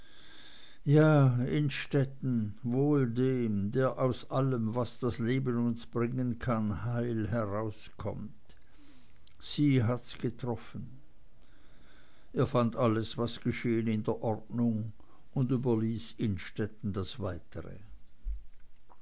ja innstetten wohl dem der aus allem was das leben uns bringen kann heil herauskommt sie hat's getroffen er fand alles was geschehen in der ordnung und überließ innstetten das weitere